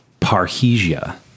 parhesia